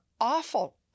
awful